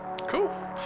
cool